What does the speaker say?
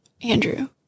Andrew